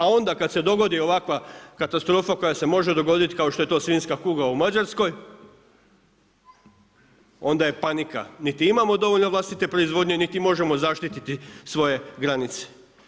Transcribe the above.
A onda kad se dogodi ovakva katastrofa koja se može dogoditi kao što je svinjska kuga u Mađarskoj, onda je panika, niti imamo dovoljno vlastite proizvodnje niti možemo zaštititi svoje granice.